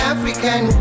African